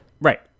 Right